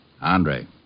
Andre